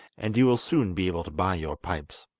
and you will soon be able to buy your pipes.